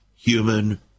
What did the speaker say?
Human